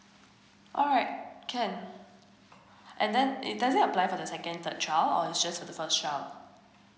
alright can and then it doesn't apply for the second third child or it's just for the first child